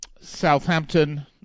Southampton